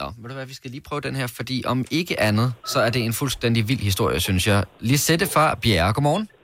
Nå, ved du hvad, vi skal lige prøve den her, fordi om ikke andet, så er det en fuldstændig vild historie, synes jeg. Lisette fra Bjerre. Godmorgen.